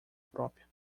própria